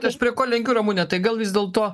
tai aš prie ko lenkiu ramune tai gal vis dėlto